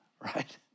Right